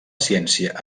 ciència